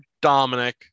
dominic